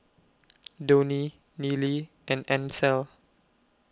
Donie Nealy and Ancel